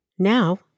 Now